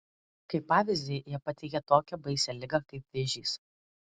kaip pavyzdį jie pateikė tokią baisią ligą kaip vėžys